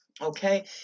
okay